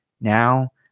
Now